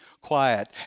quiet